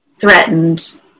threatened